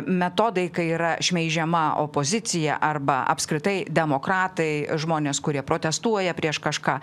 metodai kai yra šmeižiama opozicija arba apskritai demokratai žmonės kurie protestuoja prieš kažką